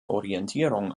orientierung